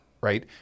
right